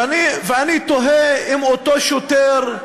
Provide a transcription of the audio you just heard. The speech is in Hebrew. ואני תוהה אם אותו שוטר,